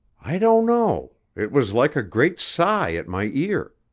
i don't know it was like a great sigh at my ear.